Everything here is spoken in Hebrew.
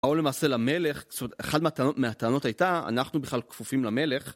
או למעשה למלך, אחד מהטענות הייתה, אנחנו בכלל כפופים למלך.